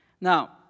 Now